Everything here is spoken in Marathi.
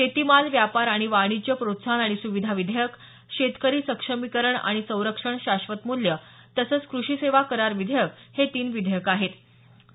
शेती माल व्यापार आणि वाणिज्य प्रोत्साहन आणि सुविधा विधेयक शेतकरी सक्षमीकरण आणि संरक्षण शाश्वत मूल्य तसंच कृषी सेवा करार विधेयक ही तीन विधेयक होत